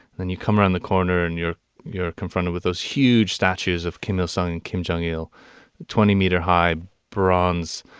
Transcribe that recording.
then you come around the corner, and you're you're confronted with those huge statues of kim il sung and kim jong il twenty meter high, bronze,